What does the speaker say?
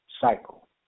cycle